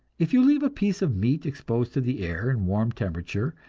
if you leave a piece of meat exposed to the air in warm temperature,